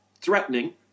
threatening